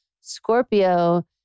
Scorpio